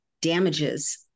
damages